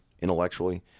intellectually